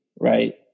right